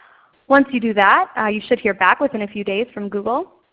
once you do that ah you should hear back within a few days from google.